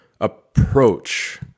approach